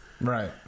Right